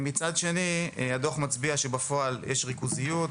מצד שני הדוח מצביע על כך שבפועל יש ריכוזיות,